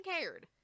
cared